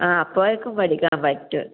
ആ അപ്പോഴേക്കും പഠിക്കാൻ പറ്റും